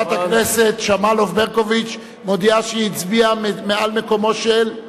חברת הכנסת שמאלוב-ברקוביץ מודיעה שהיא הצביעה ממקומו של?